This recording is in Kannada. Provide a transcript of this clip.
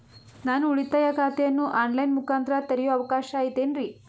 ನಾನು ಉಳಿತಾಯ ಖಾತೆಯನ್ನು ಆನ್ ಲೈನ್ ಮುಖಾಂತರ ತೆರಿಯೋ ಅವಕಾಶ ಐತೇನ್ರಿ?